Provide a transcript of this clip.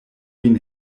vin